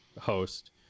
host